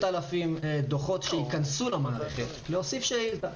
----- 5,000 דוחות שיכנסו למערכת להוסיף שאילתה.